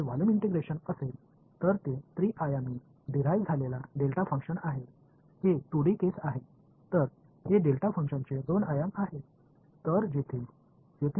जर हे volume integration असेल तर ते त्रि आयामी डिराईव झालेला डेल्टा फंक्शन आहे हे 2 डी केस आहे तर हे डिल्टा फंक्शनचे दोन आयाम आहे